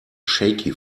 shaky